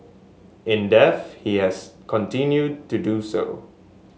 in death he has continued to do so